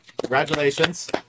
Congratulations